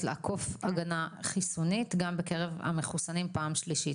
לעקוף הגנה חיסונית גם בקרב המחוסנים פעם שלישית,